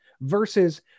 Versus